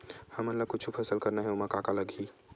हमन ला कुछु फसल करना हे ओमा का का लगही?